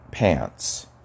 Pants